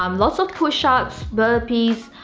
um lots of push-ups, burpees,